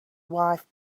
wife